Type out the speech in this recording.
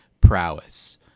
prowess